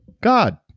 God